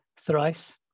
thrice